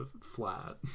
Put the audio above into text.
flat